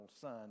son